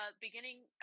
Beginning